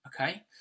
okay